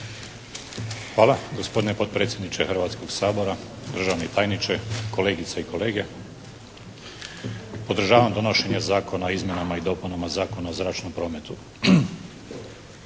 Hvala gospodine potpredsjedniče Hrvatskog sabora. Državni tajniče, kolegice i kolege. Podržavam donošenje Zakona o izmjenama i dopunama Zakona o zračnom prometu.